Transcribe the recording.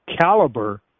caliber